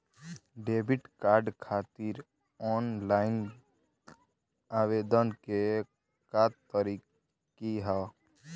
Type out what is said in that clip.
Debit card खातिर online आवेदन के का तरीकि ह?